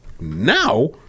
now